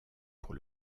pour